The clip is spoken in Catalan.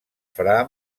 fra